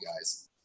guys